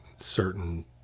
certain